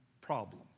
problem